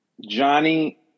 Johnny